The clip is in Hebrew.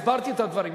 הסברתי את הדברים,